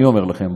אני אומר לכם,